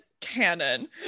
canon